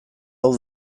hau